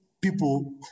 people